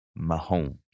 Mahomes